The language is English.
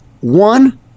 One